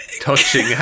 touching